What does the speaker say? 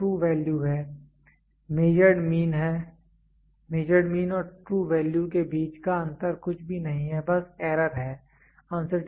यह true value है measured mean और ट्रू वैल्यू के बीच का अंतर कुछ भी नहीं है बस एरर है